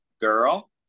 girl